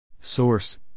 Source